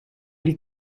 die